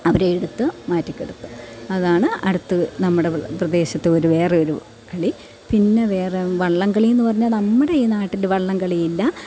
അവരെ എടുത്ത് മാറ്റി കിടത്തും അതാണ് അടുത്ത് നമ്മുടെ പ്രദേശത്ത് ഒരു വേറെയൊരു കളി പിന്നെ വേറെ വള്ളംകളി എന്ന് പറഞ്ഞാൽ നമ്മുടെ ഈ നാട്ടിൽ വള്ളംകളിയില്ല